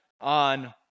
on